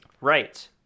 Right